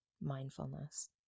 mindfulness